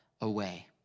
away